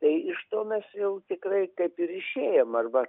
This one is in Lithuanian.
tai iš tomes jau tikrai kaip ir išėjom arba